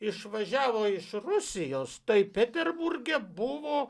išvažiavo iš rusijos tai peterburge buvo